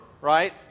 right